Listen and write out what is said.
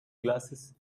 glasses